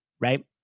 right